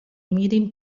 mirin